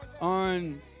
on